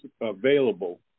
available